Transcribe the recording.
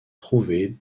trouvé